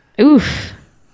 Oof